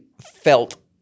felt